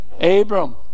Abram